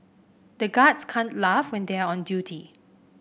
the guards can't laugh when they are on duty